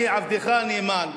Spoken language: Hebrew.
אני, עבדך הנאמן,